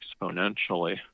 exponentially